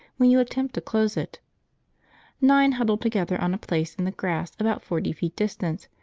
when you attempt to close it nine huddle together on a place in the grass about forty feet distant,